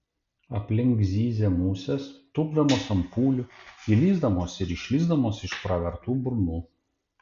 aplink zyzė musės tūpdamos ant pūlių įlįsdamos ir išlįsdamos iš pravertų burnų